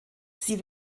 sie